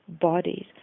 bodies